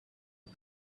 but